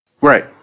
right